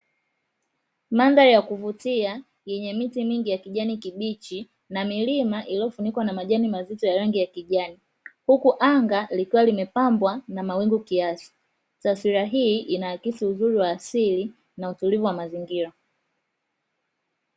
Mandhari ya kuvutia, yenye miti mingi ya kijani kibichi na milima iliyofunikwa na majani mazito ya rangi ya kijani, huku anga likiwa limepambwa na mawingu kiasi, taswila hii inaakisi uzuri wa asili na utulivu wa mazingira.